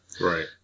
Right